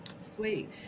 Sweet